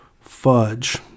fudge